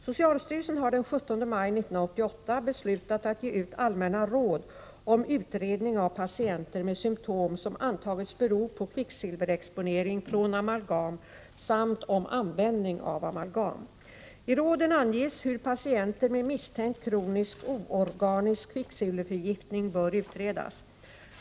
Socialstyrelsen har den 17 maj 1988 beslutat att ge ut allmänna råd om utredning av patienter med symptom som antagits bero på kvicksilverexponering från amalgam samt om användning av amalgam. I råden anges hur patienter med misstänkt kronisk oorganisk kvicksilverförgiftning bör utredas.